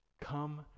come